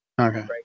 okay